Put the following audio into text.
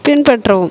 பின்பற்றவும்